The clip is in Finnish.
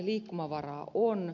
liikkumavaraa on